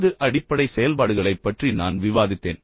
ஐந்து அடிப்படை செயல்பாடுகளைப் பற்றி நான் விவாதித்தேன்